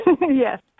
yes